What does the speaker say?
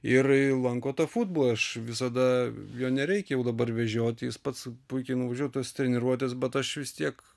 ir lanko tą futbolą aš visada jo nereikia jau dabar vežioti jis pats puikiai nuvažiuoja į tas treniruotes bet aš vis tiek